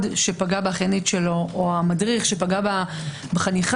שפגע באחיינית שלו או המדריך שפגע בחניכה,